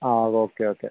ആ okay okay